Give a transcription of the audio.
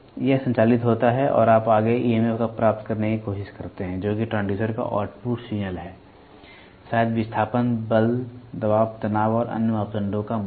यह संचालित होता है और आप आगे EMF प्राप्त करने की कोशिश करते हैं जो कि ट्रांसड्यूसर का आउटपुट सिग्नल है शायद विस्थापन बल दबाव तनाव और अन्य मापदंडों का मूल्य